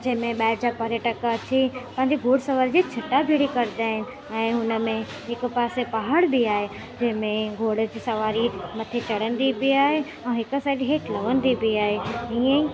जंहिंमें ॿाहिरि जा पर्यटक अची तव्हांजी घुड़सवारी जी चेटा भेटी कंदा आहिनि ऐं हुनमें हिकु पासे पहाड़ बि आहे उनमें घोड़े जी सवारी हुनखे चढ़ंदी बि आहे ऐं हिकु साइड लवंदी बि आहे ईअं ई